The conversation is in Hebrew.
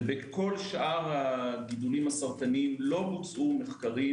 ובכל שאר הגידולים הסרטניים לא בוצעו מחקרים